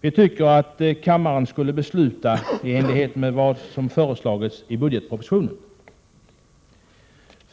Vi tycker att kammaren skall besluta i enlighet med vad som föreslagits i budgetpropositionen.